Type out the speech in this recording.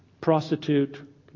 Prostitute